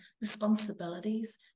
responsibilities